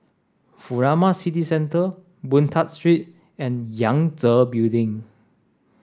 Furama City Centre Boon Tat Street and Yangtze Building